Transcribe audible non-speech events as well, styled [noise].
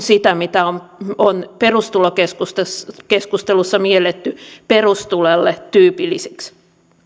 [unintelligible] sitä mitä on on perustulokeskustelussa mielletty perustulolle tyypilliseksi